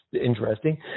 interesting